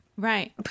Right